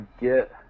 get